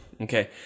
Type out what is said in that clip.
Okay